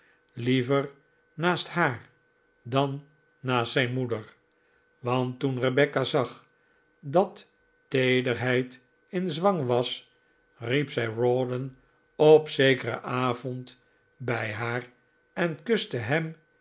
liever naast haar dan naast zijn moeder want toen rebecca zag dat teederheid in zwang was riep zij rawdon op zekeren avond bij haar en kuste hem